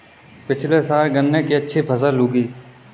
पिछले साल गन्ने की अच्छी फसल उगी